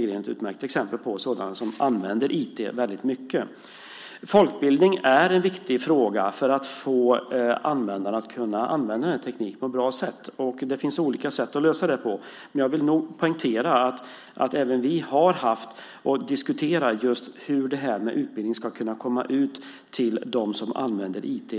Green är ett utmärkt exempel på sådana som använder IT väldigt mycket. Folkbildning är en viktig fråga för att få användarna att använda tekniken på ett bra sätt. Det finns olika sätt att lösa det. Jag vill poängtera att även vi har diskuterat hur utbildningen ska kunna komma ut till dem som använder IT.